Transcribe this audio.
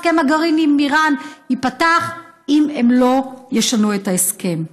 הסכם הגרעין עם איראן ייפתח אם הם לא ישנו את ההסכם.